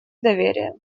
доверия